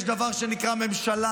יש דבר שנקרא ממשלה.